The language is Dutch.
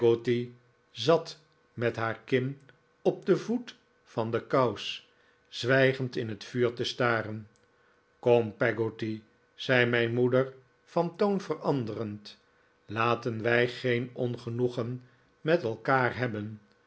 zat met haar kin op den voet van de kous zwijgend in het vuur te staren kom peggotty zei mijn moeder van toon veranderend laten wij geen ongenoegen met elkaar hebben